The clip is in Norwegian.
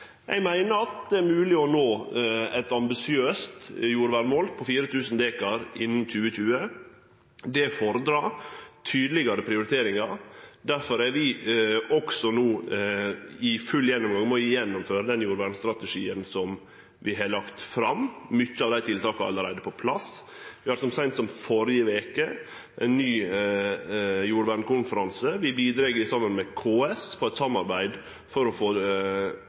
Eg meiner det er mogleg å nå eit ambisiøst jordvernmål på 4 000 dekar innan 2020. Det fordrar tydelegare prioriteringar. Difor er vi også no i full gang med å gjennomføre den jordvernsstrategien som vi har lagt fram. Mange av tiltaka er allereie på plass. Vi hadde så seint som førre veke ein ny jordvernskonferanse. Vi bidreg saman med KS i eit samarbeid for å få